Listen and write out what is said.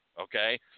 okay